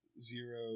Zero